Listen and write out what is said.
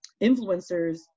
influencers